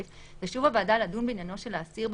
תשוב הוועדה לדון בעניינו של האסיר,